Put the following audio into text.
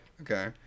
Okay